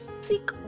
stick